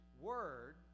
Word